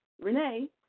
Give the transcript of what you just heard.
Renee